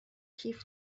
کیف